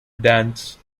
dance